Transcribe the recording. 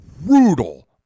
brutal